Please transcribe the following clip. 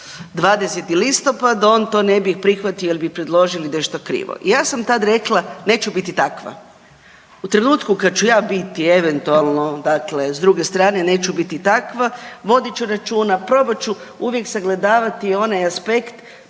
20. listopad, on to ne bi prihvatio jer bi predložili nešto krivo. I ja sam tad rekla, neću biti takva. U trenutku kad ću ja biti eventualno dakle s druge strane, neću biti takva, vodit ću računa, probat ću uvijek sagledavati onaj aspekt,